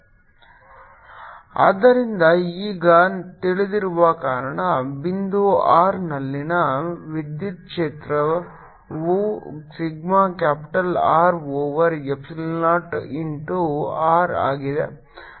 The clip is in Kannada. Vr rREdrrRRσ0rdr σR0 lnrrRVrσR0ln Rr ಆದ್ದರಿಂದ ಈಗ ನಮಗೆ ತಿಳಿದಿರುವ ಕಾರಣ ಬಿಂದು r ನಲ್ಲಿನ ವಿದ್ಯುತ್ ಕ್ಷೇತ್ರವು sigma capital R over epsilon naught into r ಆಗಿದೆ